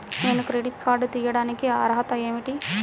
నేను credit card తీయడానికి అర్హత ఏమిటి?